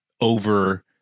over